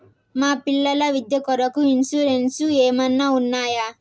మా పిల్లల విద్య కొరకు ఇన్సూరెన్సు ఏమన్నా ఉన్నాయా?